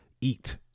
eat